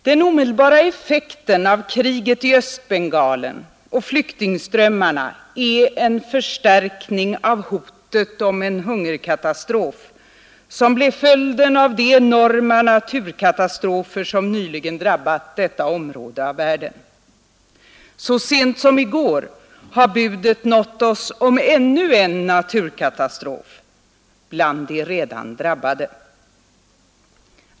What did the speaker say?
Den omedelbara effekten av kriget i Östbengalen och flyktingströmmarna är en förstärkning av hotet om en hungerkatastrof som blev följden av de enorma naturkatastrofer som nyligen drabbat detta område av världen, Så sent som i går har budet nått oss om ännu en naturkatastrof bland de redan drabbade.